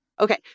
okay